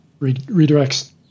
redirects